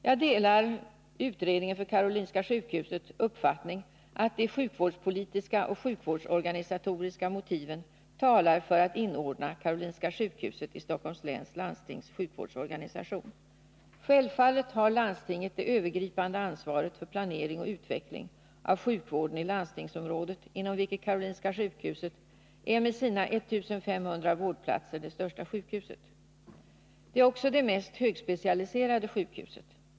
Jag delar utredningens om Karolinska sjukhuset uppfattning att de sjukvårdspolitiska och sjukvårdsorganisatoriska motiven talar för att inordna Karolinska sjukhuset i Stockholms läns landstings sjukvårdsorganisation. Självfallet har landstinget det övergripande ansvaret för planering och utveckling av sjukvården i landstingsområdet, inom vilket Karolinska sjukhuset med sina ca 1 500 vårdplatser är det största sjukhuset. Det är också det mest högspecialiserade sjukhuset.